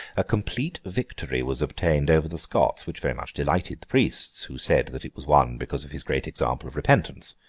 a complete victory was obtained over the scots which very much delighted the priests, who said that it was won because of his great example of repentance.